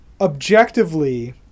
objectively